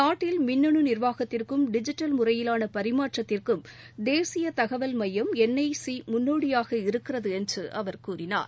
நாட்டில் மின்னு நிர்வாகத்திற்கும் டிஜிட்டல் முறையிலான பரிமாற்றத்திற்கும் தேசிய தகவல் மையம் என் ஐ சி முன்னோடியாக இருக்கிறது என்று அவர் கூறினார்